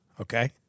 Okay